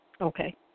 Okay